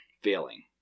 failing